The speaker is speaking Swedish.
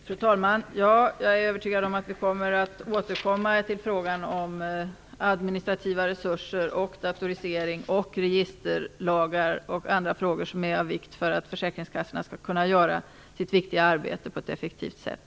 Fru talman! Jag är övertygad att vi kommer att återkomma till frågor om administrativa resurser, datorisering, registerlagar och andra spörsmål som är av vikt för att försäkringskassorna skall kunna utföra sitt viktiga arbete på ett effektivt sätt.